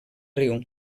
riu